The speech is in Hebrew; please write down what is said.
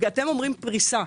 אתם אומרים פריסה.